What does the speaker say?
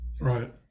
right